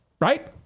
right